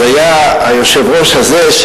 אז היה היושב-ראש הזה,